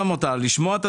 היועץ המשפטי לממשלה,